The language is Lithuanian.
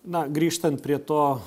na grįžtant prie to